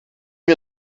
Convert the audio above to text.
wir